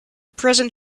present